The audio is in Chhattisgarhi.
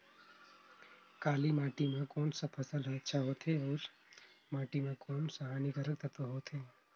काली माटी मां कोन सा फसल ह अच्छा होथे अउर माटी म कोन कोन स हानिकारक तत्व होथे?